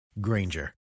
Granger